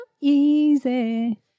easy